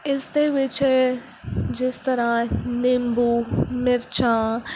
ਇਸ ਦੇ ਵਿੱਚ ਜਿਸ ਤਰ੍ਹਾਂ ਨਿੰਬੂ ਮਿਰਚਾਂ